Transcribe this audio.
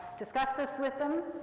discuss this with them,